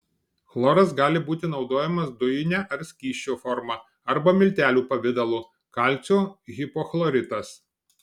chloras gali būti naudojamas dujine ar skysčio forma arba miltelių pavidalu kalcio hipochloritas